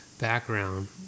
background